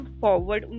forward